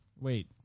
Wait